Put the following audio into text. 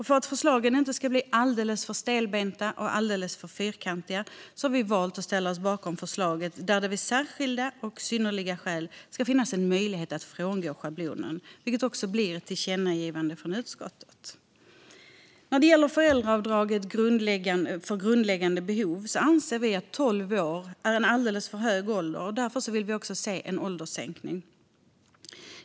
För att reglerna inte ska bli alltför stelbenta eller fyrkantiga har vi valt att ställa oss bakom förslaget att det vid särskilda eller synnerliga skäl ska finnas en möjlighet att frångå schablonen, vilket också blir ett tillkännagivande från utskottet. När det gäller föräldraavdrag för grundläggande behov anser vi att tolv år är en alldeles för hög ålder. Därför vill vi se en ålderssänkning.